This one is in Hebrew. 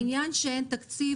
העניין שאין תקציב,